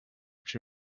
which